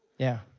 yeah.